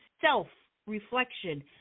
self-reflection